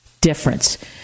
difference